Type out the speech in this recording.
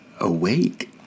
awake